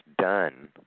done